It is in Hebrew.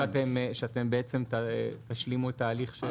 אתם בעצם תשלימו תהליך של תיקון הצו?